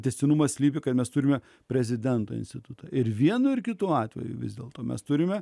tęstinumas slypi kai mes turime prezidento institutą ir vienu ir kitu atveju vis dėlto mes turime